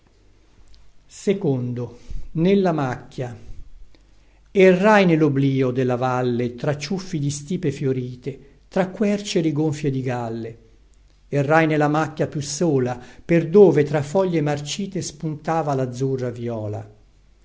buovo dantona errai nelloblio della valle tra ciuffi di stipe fiorite tra quercie rigonfie di galle errai nella macchia più sola per dove tra foglie marcite spuntava lazzurra vïola